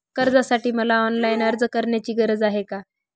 कर्जासाठी मला ऑनलाईन अर्ज करण्याची गरज आहे का?